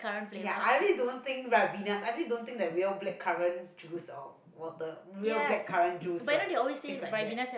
ya I really don't think Ribenas I realy don't think that real blackcurrant juice or water real blackcurrant juice right taste like that